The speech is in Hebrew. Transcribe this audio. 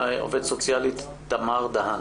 עובדת סוציאלית תמר דהאן.